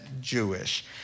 Jewish